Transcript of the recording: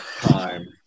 time